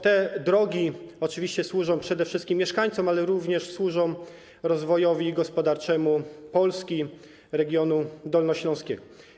Te drogi oczywiście służą przede wszystkim mieszkańcom, ale również służą rozwojowi gospodarczemu Polski, regionu dolnośląskiego.